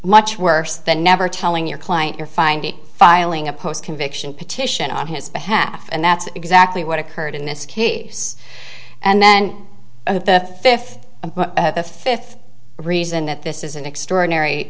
much worse than never telling your client you're finding filing a post conviction petition on his behalf and that's exactly what occurred in this case and then the fifth and the fifth reason that this is an extraordinary